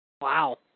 Wow